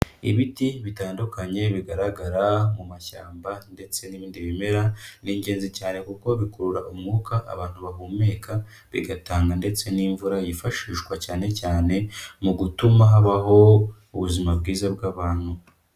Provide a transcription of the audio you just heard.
Ibiti bitandukanye bigaragara mu mashyamba ndetse n'ibindi bimera, ni ingenzi cyane kuko bikurura umwuka abantu bahumeka, bigatanga ndetse n'imvura yifashishwa cyane cyane mu gutuma habaho ubuzima bwiza bw'abantu.